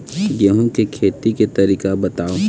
गेहूं के खेती के तरीका बताव?